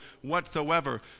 whatsoever